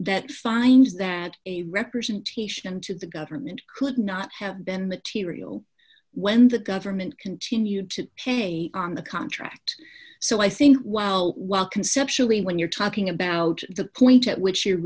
that finds that representation to the government could not have been material when the government continued to pay on the contract so i think while while conceptually when you're talking about the point at which you